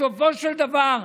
בסופו של דבר,